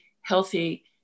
healthy